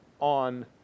on